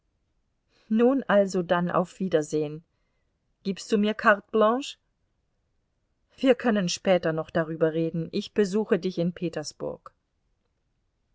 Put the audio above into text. na also dann auf wiedersehn gibst du mir carte blanche wir können später noch darüber reden ich besuche dich in petersburg